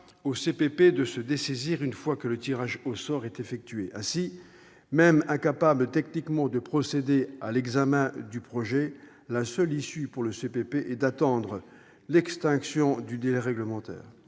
ne permet pas aux CPP de se dessaisir une fois que le tirage au sort est effectué. Ainsi, même s'il est incapable techniquement de procéder à l'examen du projet, la seule issue pour le CPP est d'attendre l'extinction du délai réglementaire.